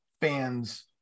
fans